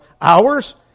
hours